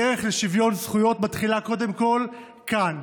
הדרך לשוויון זכויות מתחילה קודם כל כאן,